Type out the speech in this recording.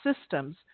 systems